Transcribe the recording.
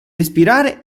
respirare